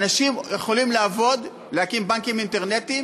אנשים יכולים לעבוד, להקים בנקים אינטרנטיים